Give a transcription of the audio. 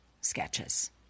sketches